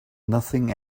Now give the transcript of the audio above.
nothing